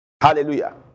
Hallelujah